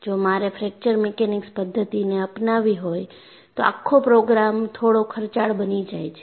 જો મારે fracture mechanics પદ્ધતિને અપનાવવી હોય તો આખો પ્રોગ્રામ થોડો ખર્ચાળ બની જાય છે